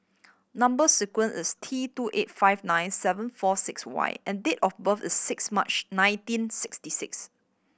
number sequence is T two eight five nine seven four six Y and date of birth is six March nineteen sixty six